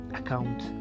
account